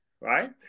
Right